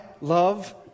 love